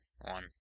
one